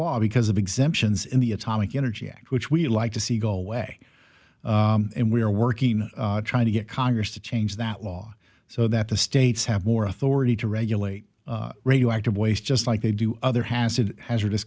law because of exemptions in the atomic energy act which we like to see go away and we're working on trying to get congress to change that law so that the states have more authority to regulate radioactive waste just like they do other hassid hazardous